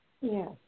Yes